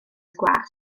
sgwâr